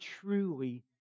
truly